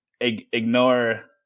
Ignore